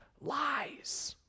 lies